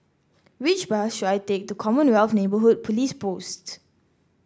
which bus should I take to Commonwealth Neighbourhood Police Post